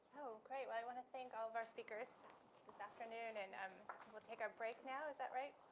oh, great. well, i want to thank all of our speakers this afternoon and um we'll take our break now. is that right?